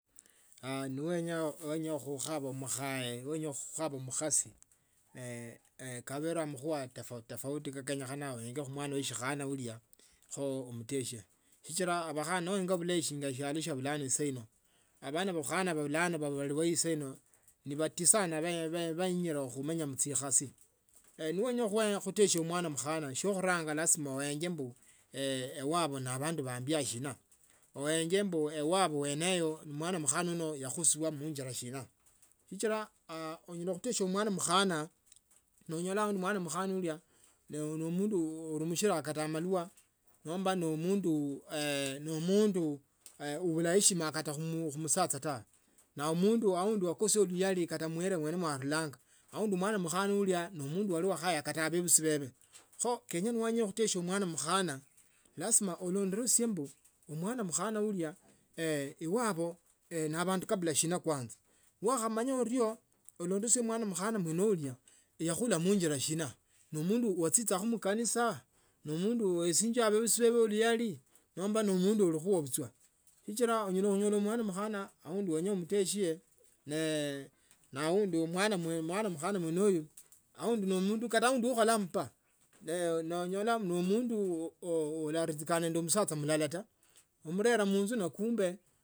nowenya khukaba mukhaya nowenya kukhaba mukhasi kabele makhuwa tofauto kenya uengo mmkhana wer shikana ulia kho umetesie sichila abakhana noenga abakhana shinga eshialo shiabulano saino abana bakhanda ba bulano baluo saino ni batii sanabenya khuikhala muchikhari no wenya khutesia mkhana mkhasi shio khuranga lazima uenge ewabwe ne abandu baambiashina ewabwe ene eyo mwana mkhana uno yakusibwa anena munjira sina sichila unyala khutesia mwana mukhana noonyola aundi mwana mukhana no amundu animishila kata amalwa nombano umondu abula kata heshima khumusasha tawe. Nomundu aundi yakhosia luyali kata munia inyene ya anilanga aundi mwana mkhana ulya nomundu yakhuya kata bebisi bebe kho kenya nowenya khutesia mwana mkhana kizima alondolesia mbu omwana mukhalia ulia iwabo neena ne bandu kabila sana kwanza newakhamanya orio olondolosie omwana mukhana muene ulia yakhila mjonjia mundu wesia bebuli luyali nomba nemundu alikhoyo muchwa sichila anyala khunyola mwana mukhana aundi wenya umetesie ne aundi mwana mwene mwana mukhana mwene uyu aundi ne mundu aundi wo khola kata mba nanyola ne omundu ularidika ne musacha mulala taa mumurela munju na kumbe.